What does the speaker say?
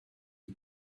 you